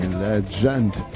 legend